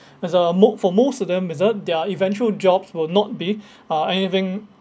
as uh mo~ for most of them is uh their eventual jobs will not be uh anything